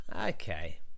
okay